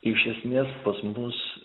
iš esmės pas mus